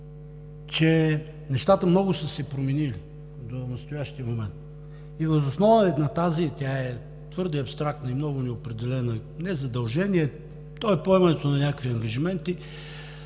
че нещата много са се променили до настоящия момент. Въз основа на това, твърде абстрактно и много неопределено не задължение, а поемане на някакви ангажименти,